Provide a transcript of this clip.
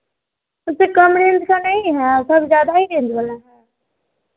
उससे कम रेंज का नहीं है सर ज़्यादा ही रेंज वाला है